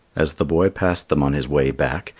as the boy passed them on his way back,